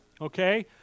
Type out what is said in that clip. okay